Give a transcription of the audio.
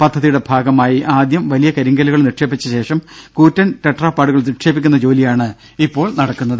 പദ്ധതിയുടെ ഭാഗമായി ആദ്യം വലിയ കരിങ്കല്ലുകൾ നിക്ഷേപിച്ച ശേഷം കൂറ്റൻ ടെട്രാപാഡുകൾ നിക്ഷേപിക്കുന്ന ജോലിയാണ് ഇപ്പോൾ നടക്കുന്നത്